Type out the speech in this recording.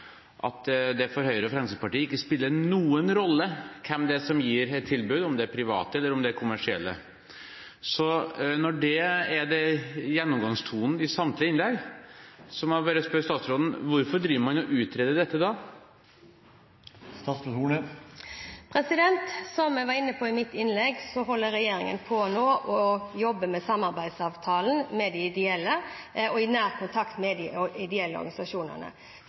at det for Høyre og Fremskrittspartiet ikke spiller noen rolle hvem som gir et tilbud – om det er ideelle eller kommersielle. Når det er gjennomgangstonen i samtlige innlegg, må jeg spørre statsråden: Hvorfor driver man da og utreder dette? Som jeg var inne på i mitt innlegg, holder regjeringen nå på med å jobbe med samarbeidsavtalen inngått med de ideelle, i nær kontakt med de ideelle organisasjonene.